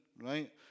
right